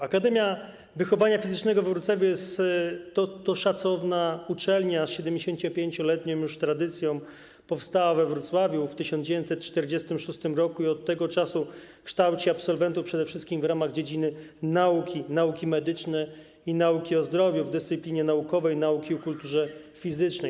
Akademia Wychowania Fizycznego we Wrocławiu jest to szacowna uczelnia z 75-letnią już tradycją, powstała we Wrocławiu w 1946 r. i od tego czasu kształci absolwentów przede wszystkim w ramach dziedziny nauki: nauki medyczne i nauki o zdrowiu, w dyscyplinie naukowej nauki o kulturze fizycznej.